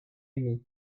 aimé